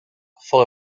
for